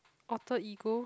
Alter Ego